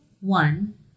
one